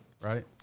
right